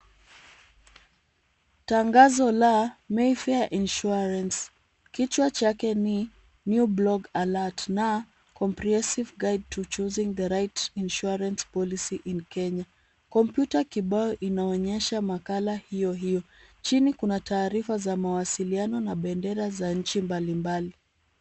Tangazo la Mayfair Insurance. Kichwa chake ni new blog alert na comprehensive guide to choosing the right insurance policy in Kenya. Computer kibao inaonyesha makala hiyo hiyo. Chini kuna taarifa za mawasiliano na bendera za nchi mbalimbali.